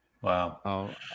Wow